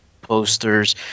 posters